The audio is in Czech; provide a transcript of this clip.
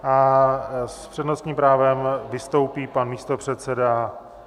A s přednostním právem vystoupí pan místopředseda.